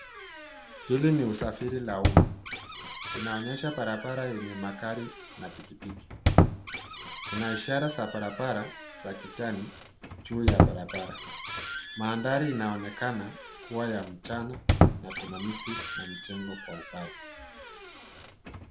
Hili ni usafiri la umma. Inaonyesha barabara yenye magari na pikipiki. Kuna ishara za barabara za kijani juu ya barabara. Mandhari inaonekana kuwa ya mchana, na kuna miti na mjengo kwa umbali.